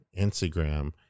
Instagram